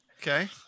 Okay